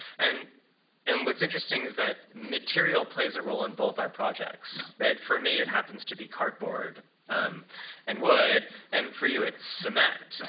and and what's interesting is that material plays a role in both our projects. for me, it happens to be cardboard um and wood, and for you it's cement.